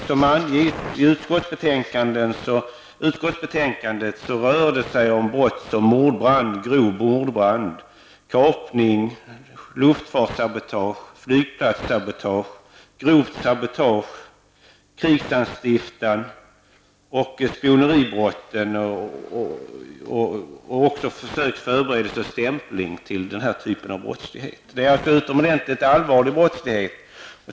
Som anges i utskottsbetänkandet rör det sig om brott som grov mordbrand, kapning, luftfartssabotage, flygplatssabotage, grovt sabotage, krigsanstiftan, spioneribrott samt försök och förberedelse till stämpling. Det är alltså utomordentligt allvarlig brottslighet.